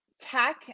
tech